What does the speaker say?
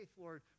Lord